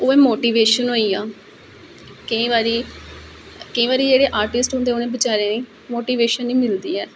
ओह् ऐ मोटीबेशन होई गेई जियां केंई बारी केंई बारी जेहडे़ अपने आर्टिस्ट होंदे उनें बचारे गी मोटीवेशन मिलदी ऐ